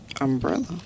Umbrella